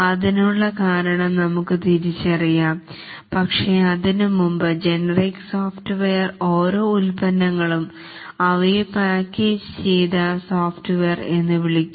അതിനുള്ള കാരണം നമുക്ക് തിരിച്ചറിയാം പക്ഷേ അതിനുമുമ്പ് ജനറിക് സോഫ്റ്റ്വെയർ ഓരോ ഉൽപ്പന്നങ്ങളും അവയെ പാക്കേജ് ചെയ്ത സോഫ്റ്റ്വെയർ എന്ന് വിളിക്കു